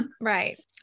Right